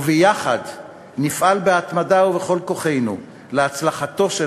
וביחד נפעל בהתמדה ובכל כוחנו להצלחתו של